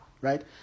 right